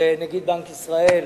נגיד בנק ישראל,